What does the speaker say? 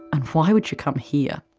and why would you come here?